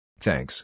Thanks